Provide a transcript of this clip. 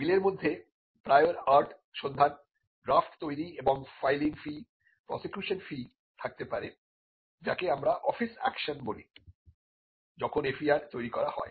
বিলের মধ্যে prior art সন্ধান ড্রাফট তৈরি এবং ফাইলিং ফি প্রসিকিউশন ফি থাকতে পারে যাকে আমরা অফিস একশন বলি যখন FER তৈরি করা হয়